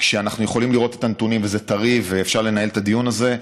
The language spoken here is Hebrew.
כשאנחנו יכולים לראות את הנתונים וזה טרי ואפשר לנהל את הדיון הזה,